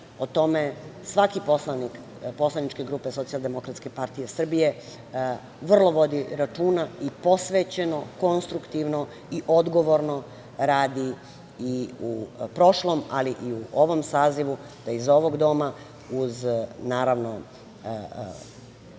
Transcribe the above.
o tome svaki poslanik Poslaničke grupe SDPS vrlo vodi računa i posvećeno, konstruktivno i odgovorno radi i u prošlom, ali i u ovom sazivu, da iz ovog doma uz, naravno,